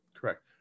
Correct